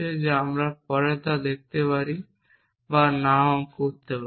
যা আমরা পরে তা দেখতে পারি বা নাও করতে পারি